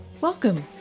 Welcome